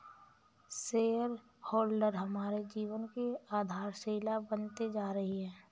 share holder हमारे जीवन की आधारशिला बनते जा रही है